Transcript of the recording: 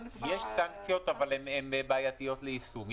יש סנקציות אבל הן בעייתיות ליישום.